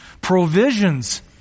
Provisions